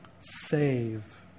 save